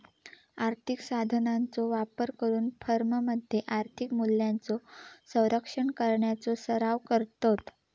आर्थिक साधनांचो वापर करून फर्ममध्ये आर्थिक मूल्यांचो संरक्षण करण्याचो सराव करतत